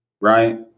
right